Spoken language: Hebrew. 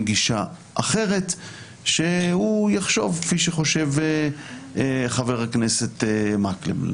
גישה אחרת שיחשוב כפי שחושב חבר הכנסת מקלב,